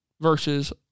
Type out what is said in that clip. versus